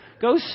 Go